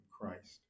Christ